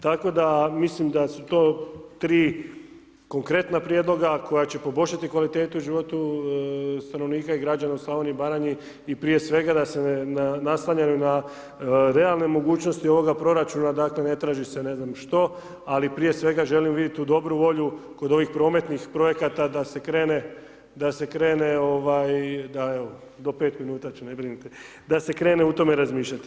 Tako da, mislim da su to tri konkretna prijedloga koja će poboljšati kvalitetu života stanovnika i građana u Slavoniji i Baranji i prije svega da su naslonjene na realne mogućnosti ovoga proračuna, dakle, ne traži se, ne znam što, ali prije svega želim vidjeti tu dobru volju kod tih prometnih projekata da se krene, ovaj, da evo, do 5 minuta ću, ne brinite, da se krene u tome razmišljati.